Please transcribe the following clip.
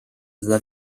teda